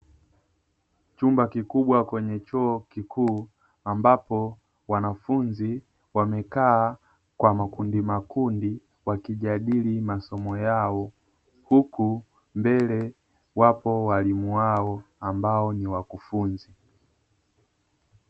Chumba kikubwa kwenye chuo kikuu, ambapo wanafunzi wamekaa kwa makundi makundi wakijadili masomo yao, huku mbele wapo waalimu wao ambao ni wakufunzi.